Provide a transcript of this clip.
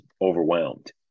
overwhelmed